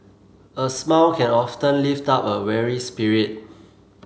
a smile can often lift up a weary spirit